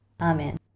Amen